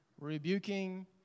rebuking